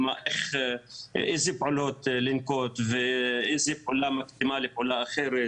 אילו פעולות לנקוט ואילו פעולה קודמת לפעולה אחרת.